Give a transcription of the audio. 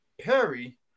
Perry